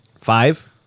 five